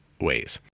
ways